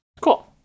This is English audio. Cool